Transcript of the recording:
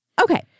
Okay